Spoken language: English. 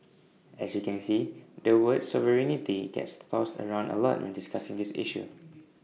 as you can see the word sovereignty gets tossed around A lot when discussing this issue